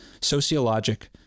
sociologic